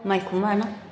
माइखौ माना